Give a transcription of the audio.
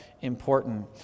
important